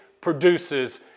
produces